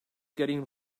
getting